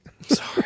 sorry